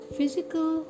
Physical